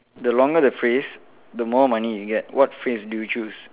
the longer phrase the more money you get what phrase do you choose